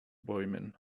bäumen